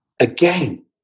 again